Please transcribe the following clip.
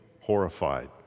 horrified